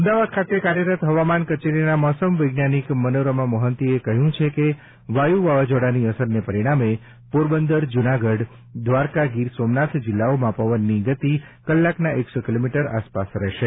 અમદાવાદ ખાતે કાર્યરત હવામાન કચેરીના મોસમ વૈજ્ઞાનિક મનોરમા મોહંતીએ કહ્યું છે કે વાયુ વાવાઝોડાની અસરને પરિણામે પોરબંદર જૂનાગઢ દ્વારકા ગીર સોમનાથ જિલ્લાઓમાં પવનની ગતિ કલાકના એક્સો કિલોમીટર આસપાસ રહેશે